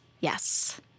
Yes